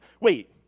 Wait